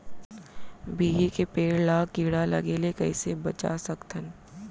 बिही के पेड़ ला कीड़ा लगे ले कइसे बचा सकथन?